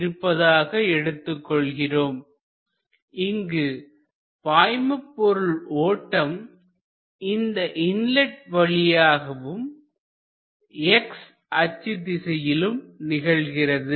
So from the continuity equation density equal to constant இங்கு பாய்மபொருள் ஓட்டம் இந்த இன்லெட் வழியாகவும் x அச்சு திசையில் நிகழ்கிறது